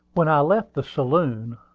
when i left the saloon,